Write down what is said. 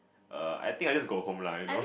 err I think I just go home lah you know